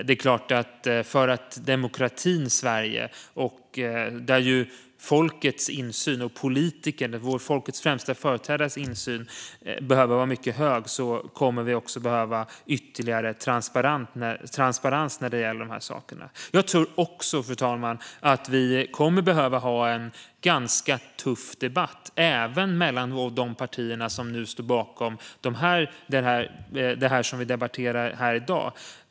I demokratin Sverige, där folkets insyn och politikernas - folkets främsta företrädares - insyn behöver vara mycket god, kommer vi att behöva ytterligare transparens när det gäller dessa saker. Jag tror också, fru talman, att vi kommer att behöva ha en ganska tuff debatt, även mellan de partier som nu står bakom det som vi debatterar här i dag.